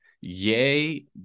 Yay